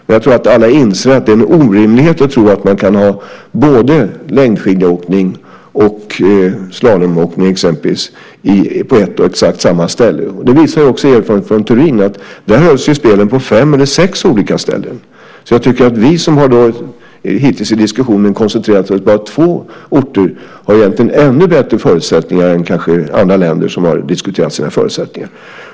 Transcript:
Men jag tror att alla inser att det är en orimlighet att tro att man kan både längdskidåkning och slalomåkning exempelvis på exakt samma ställe. Det visar också erfarenheterna från Turin. Där hölls ju spelen på fem eller sex olika ställen. Jag tycker att vi, som hittills i diskussionen har koncentrerat oss på två orter, egentligen har ännu bättre förutsättningar än andra länder som har diskuterat sina förutsättningar.